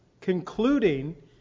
concluding